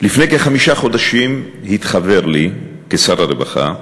לפני כחמישה חודשים התחוור לי, כשר הרווחה,